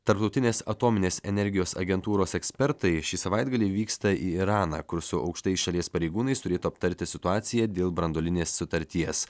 tarptautinės atominės energijos agentūros ekspertai šį savaitgalį vyksta į iraną kur su aukštais šalies pareigūnais turėtų aptarti situaciją dėl branduolinės sutarties